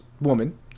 woman